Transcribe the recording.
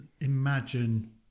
imagine